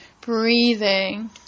Breathing